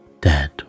dead